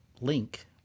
link